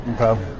Okay